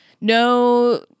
no